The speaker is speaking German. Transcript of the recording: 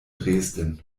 dresden